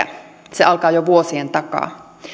alkaa jo vuosien takaa nyt